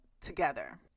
together